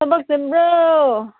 ꯊꯕꯛ ꯆꯤꯟꯕ꯭ꯔꯣ